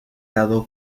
dado